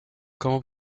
comment